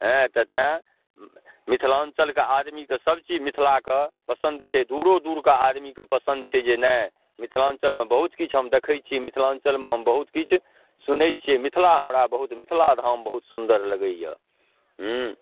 हेँ तऽ तेँ मिथिलाञ्चलके आदमीके सबचीज मिथिलाके पसन्द छै दूरो दूरके आदमीके पसन्द छै जे नहि मिथिलाञ्चलमे बहुत किछु हम देखै छी मिथिलाञ्चलमे हम बहुत किछु सुनै छिए मिथिला हमरा बहुत मिथिलाधाम बहुत सुन्दर लगैए हुँ